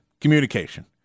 communication